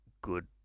good